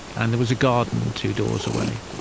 and there was a garden, two doors away.